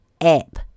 app